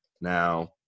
now